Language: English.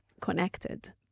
connected